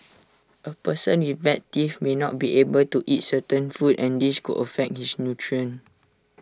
A person with bad teeth may not be able to eat certain foods and this could affect his